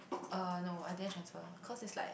uh no I didn't transfer cause it's like